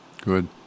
Good